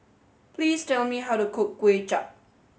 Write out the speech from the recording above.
please tell me how to cook Kway Chap